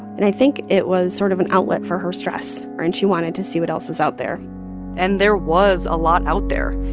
and i think it was sort of an outlet for her stress. and she wanted to see what else was out there and there was a lot out there.